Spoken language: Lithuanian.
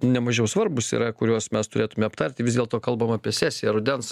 nemažiau svarbūs yra kuriuos mes turėtume aptarti vis dėlto kalbam apie sesiją rudens